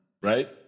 right